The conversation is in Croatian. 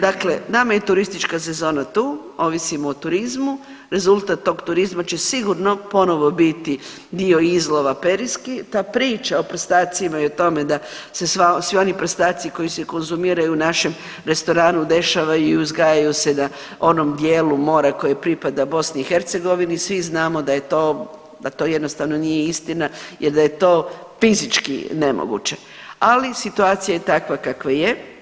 Dakle, nama je turistička sezona tu, ovisimo o turizmu, rezultat tog turizma će sigurno ponovo biti dio izlova periski, ta priča o prstacima i o tome da se svi oni prstaci koji se konzumiraju u našem restoranu dešavaju i uzgajaju se na onom dijelu mora koji pripada BiH, svi znamo da je to, da to jednostavno nije istina jer da je to fizički nemoguće, ali situacija je takva kakva je.